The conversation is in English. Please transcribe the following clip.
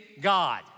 God